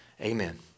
amen